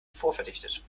vorverdichtet